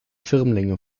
firmlinge